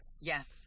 yes